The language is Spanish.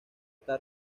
está